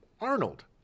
Arnold